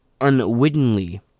unwittingly